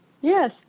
yes